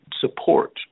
support